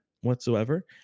whatsoever